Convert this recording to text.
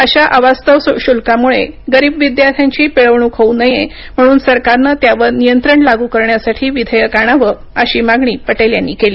अशा अवास्तव शुल्कामुळे गरीब विद्यार्थ्यांची पिळवणूक होऊ नये म्हणून सरकारनं त्यावर नियंत्रण लागू करण्यासाठी विधेयक आणावं अशी मागणी पटेल यांनी केली